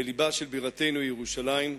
בלבה של בירתנו ירושלים,